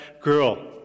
girl